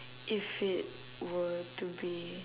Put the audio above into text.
if it were to be